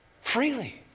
freely